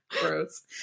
gross